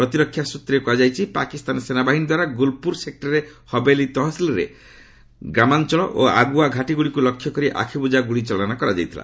ପ୍ରତିରକ୍ଷା ସୂତ୍ରରୁ କୁହାଯାଇଛି ପାକିସ୍ତାନ ସେନାବାହିନୀ ଦ୍ୱାରା ଗୁଲପୁର ସେକ୍ଟରର ହବେଲି ତହସିଲରେ ଆବାସିକ ଅଞ୍ଚଳ ଓ ଆଗୁଆ ଘାଟିଗୁଡ଼ିକୁ ଲକ୍ଷ୍ୟ କରି ଆଖିବୁଜା ଗୁଳି ଚାଳନା କରାଯାଇଥିଲା